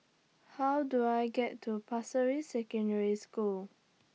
How Do I get to Pasir Ris Secondary School